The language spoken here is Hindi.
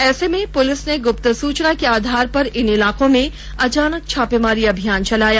ऐसे में पुलिस गुप्त सूचना के आधार पर इन इलाकों में अचानक छापामारी अभियान चलाया